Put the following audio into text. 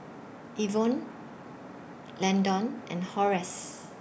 Ivonne Landon and Horace